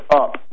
up